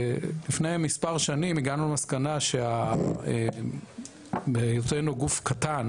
לפני מספר שנים הגענו למסקנה שבהיותנו גוף קטן